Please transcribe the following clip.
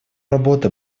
работы